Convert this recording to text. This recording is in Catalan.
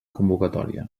convocatòria